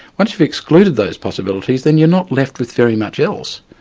once you've excluded those possibilities, then you're not left with very much else.